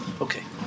Okay